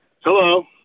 hello